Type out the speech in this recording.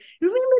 remember